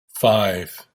five